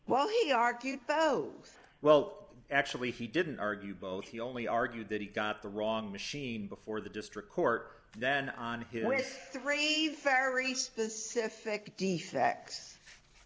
well he argued both well actually he didn't argue both he only argued that he got the wrong machine before the district court and then on the grave